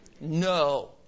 No